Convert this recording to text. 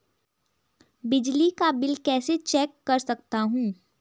बिजली का बिल कैसे चेक कर सकता हूँ?